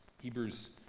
Hebrews